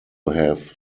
have